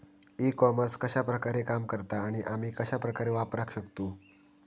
E commerce कश्या प्रकारे काम करता आणि आमी कश्या प्रकारे वापराक शकतू?